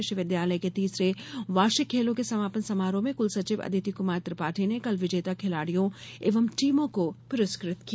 विश्वविद्यालय के तीसरे वार्षिक खेलों के समापन समारोह में कुलसचिव अदिति कुमार त्रिपाठी ने कल विजेता खिलाडियों एवं टीमों को पुरस्कृत किया